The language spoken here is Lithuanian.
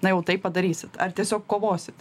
na jau tai padarysit ar tiesiog kovosit